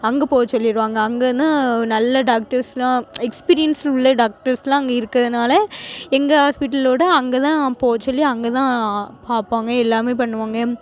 அங்கே போக சொல்லிருவாங்க அங்கேன்னா நல்ல டாக்டர்ஸ்லாம் எக்ஸ்பீரியன்ஸ் உள்ள டாக்டர்ஸ்லாம் அங்கே இருக்கிறதுனால எங்கள் ஹாஸ்பிடல்லோட அங்கே தான் போக சொல்லி அங்கே தான் பார்ப்பாங்க எல்லாமே பண்ணுவாங்க